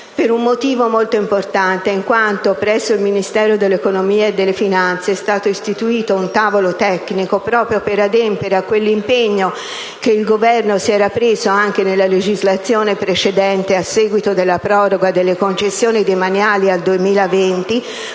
e sono d'accordo con il Governo. Infatti, presso il Ministero dell'economia e delle finanze è stato istituito un tavolo tecnico proprio per adempiere a quell'impegno che il Governo aveva assunto anche nella legislazione precedente a seguito della proroga delle concessioni demaniali al 2020,